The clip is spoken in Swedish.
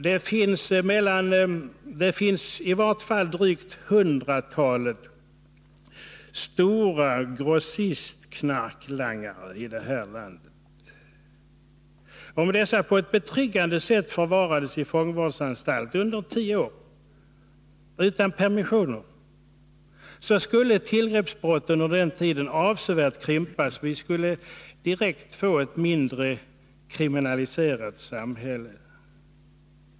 Det finns i vart fall hundratalet grossistknarklangare i det här landet. Om dessa på ett betryggande sätt förvarades i fångsvårdsanstalt under tio år, utan permissioner, skulle tillgreppsbrotten under tiden avsevärt minska. Vi skulle få ett mindre kriminaliserat samhälle.